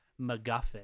MacGuffin